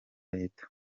leta